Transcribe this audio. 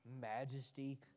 majesty